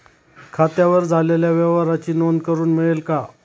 खात्यावर झालेल्या व्यवहाराची नोंद करून मिळेल का?